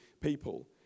people